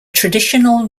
traditional